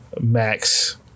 Max